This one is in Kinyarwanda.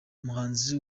umuhanzi